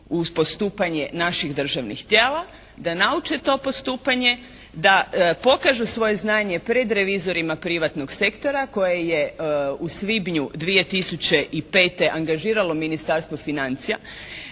u postupanje naših državnih tijela da nauče to postupanje, da pokažu svoje znanje pred revizorima privatnog sektora koje je u svibnju 2005. angažiralo Ministarstvo financija.